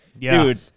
dude